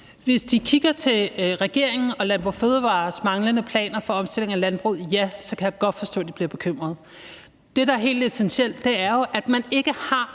Hvis de kigger til regeringen og Landbrug & Fødevarers manglende planer for omstilling af landbruget, ja, så kan jeg godt forstå, at de bliver bekymret. Det, der er helt essentielt, er jo, at man ikke har